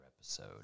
episode